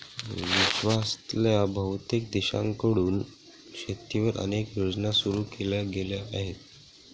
विश्वातल्या बहुतेक देशांकडून शेतीवर अनेक योजना सुरू केल्या गेल्या आहेत